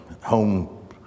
home